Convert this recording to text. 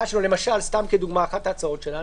סתם לדוגמה אחת ההצעות שלנו,